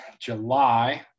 July